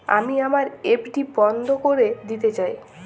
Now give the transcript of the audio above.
আমি আমার এফ.ডি বন্ধ করে দিতে চাই